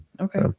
Okay